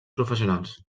professionals